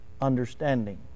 understanding